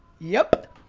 yep.